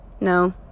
No